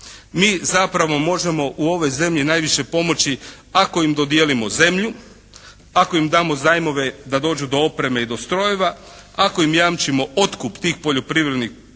mi zapravo možemo u ovoj zemlji najviše pomoći ako im dodijelimo zemlju, ako im damo zajmove da dođu do opreme i do strojeva, ako im jamčimo otkup tih poljoprivrednih proizvoda,